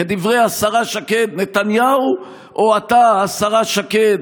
כדברי השרה שקד, נתניהו או אתה, השרה שקד,